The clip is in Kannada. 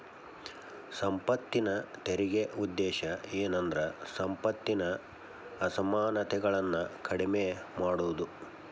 ಸಂಪತ್ತಿನ ತೆರಿಗೆ ಉದ್ದೇಶ ಏನಂದ್ರ ಸಂಪತ್ತಿನ ಅಸಮಾನತೆಗಳನ್ನ ಕಡಿಮೆ ಮಾಡುದು